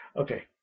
Okay